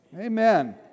Amen